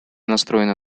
настроена